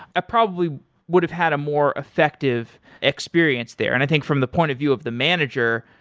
ah probably would've had a more effective experience there. and i think from the point of view of the manager,